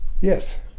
Yes